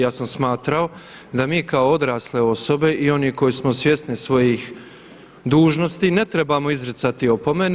Ja sam smatrao da mi kao odrasle osobe i oni koji smo svjesni svojih dužnosti ne trebamo izricati opomene.